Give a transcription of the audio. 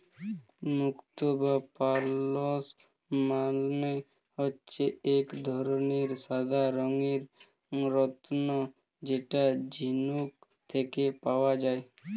মুক্তো বা পার্লস মানে হচ্ছে এক ধরনের সাদা রঙের রত্ন যেটা ঝিনুক থেকে পাওয়া যায়